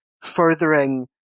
furthering